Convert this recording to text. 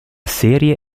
serie